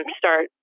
start